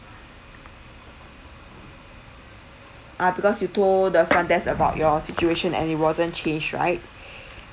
ah because you told the front desk about your situation and it wasn't changed right